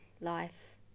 life